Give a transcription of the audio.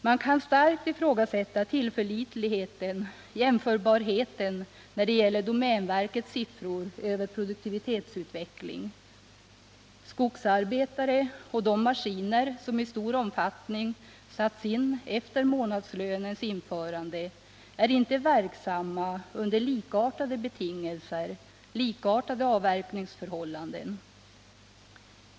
Man kan starkt ifrågasätta tillförlitligheten och jämförbarheten när det gäller domänverkets siffror för produktivitetsutvecklingen. Skogsarbetare och de maskiner som i stor omfattning satts in efter månadslönens införande är inte verksamma under likartade betingelser, likartade avverkningsförhållanden.